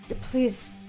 Please